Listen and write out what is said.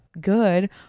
good